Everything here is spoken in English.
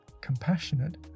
compassionate